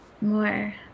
more